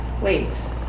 wait